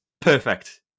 Perfect